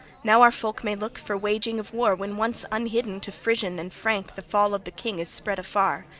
now our folk may look for waging of war when once unhidden to frisian and frank the fall of the king is spread afar.